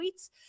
tweets